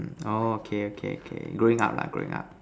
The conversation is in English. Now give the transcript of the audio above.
mm orh okay okay okay growing up lah growing up